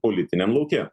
politiniam lauke